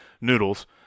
Noodles